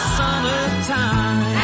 summertime